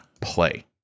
play